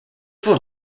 will